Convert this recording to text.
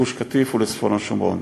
לגוש-קטיף ולצפון השומרון.